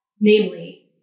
Namely